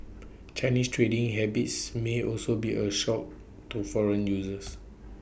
Chinese trading habits may also be A shock to foreign users